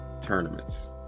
tournaments